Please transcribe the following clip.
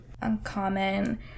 uncommon